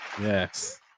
yes